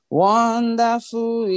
wonderful